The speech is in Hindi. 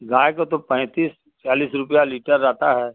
गाय को तो पैंतीस चालीस रुपया लीटर रहता है